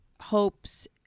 hopes